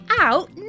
out